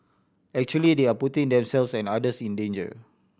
actually they are putting themselves and others in danger